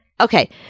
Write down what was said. Okay